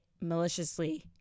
maliciously